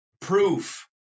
proof